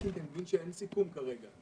אלקין אין סיכום כרגע.